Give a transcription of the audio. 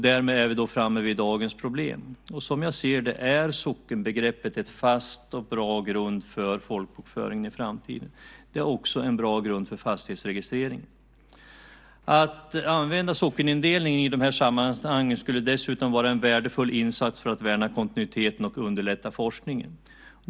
Därmed är vi då framme vid dagens problem. Som jag ser det är sockenbegreppet en fast och bra grund för folkbokföringen i framtiden. Det är också en bra grund för fastighetsregistrering. Att använda sockenindelning i de här sammanhangen skulle dessutom vara en värdefull insats för att värna kontinuiteten och underlätta forskningen.